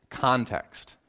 context